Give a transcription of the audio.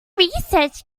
research